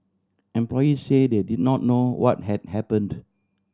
employee say they did not know what had happened